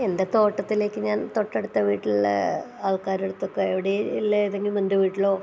എൻ്റെ തോട്ടത്തിലേക്ക് ഞാൻ തൊട്ടടുത്ത വീട്ടിലെ ആൾക്കാറുടെയടുത്തൊക്കെ എവിടെയുള്ള ഏതെങ്കിലും ബന്ധുവീട്ടിലോ